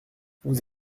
vous